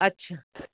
अच्छा